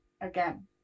again